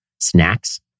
snacks